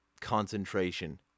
concentration